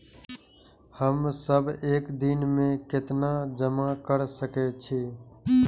हम सब एक दिन में केतना जमा कर सके छी?